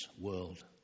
world